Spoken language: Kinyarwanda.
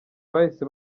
bahise